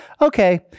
Okay